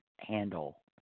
handle